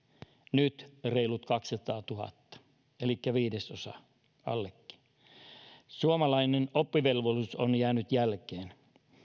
nyt reilut kaksisataatuhatta elikkä viidesosa suomalainen oppivelvollisuus on jäänyt jälkeen